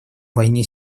войне